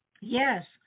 Yes